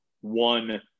one